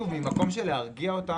הציפייה שלנו שזה ייעשה בהקדם.